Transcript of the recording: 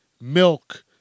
milk